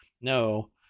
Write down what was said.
No